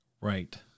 right